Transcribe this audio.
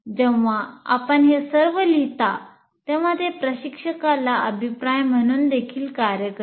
जेव्हा आपण हे सर्व लिहिता तेव्हा ते प्रशिक्षकाला अभिप्राय म्हणून देखील कार्य करतात